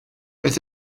beth